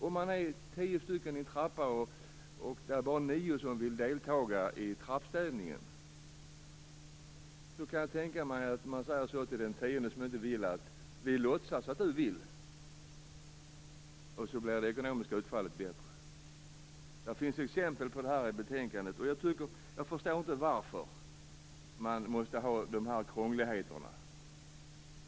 Om man är tio stycken i en trappa och det bara är nio som vill delta i trappstädningen kan jag tänka mig att man säger till den tionde som inte vill vara med: Vi låtsas att du vill, så att det ekonomiska utfallet blir bättre. Det finns exempel på detta i betänkandet. Jag förstår inte varför det måste vara så krångligt.